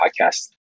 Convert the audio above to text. podcast